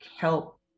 help